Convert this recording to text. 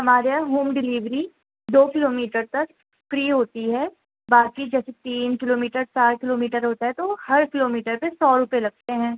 ہمارے یہاں home delivery دو کلو میٹر تک فری ہوتی ہے باقی جیسے تین کلو میٹر چار کلو میٹر ہوتا ہے تو ہر کلو میٹر پہ سو روپے لگتے ہیں